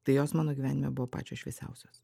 tai jos mano gyvenime buvo pačios šviesiausios